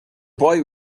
boy